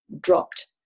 dropped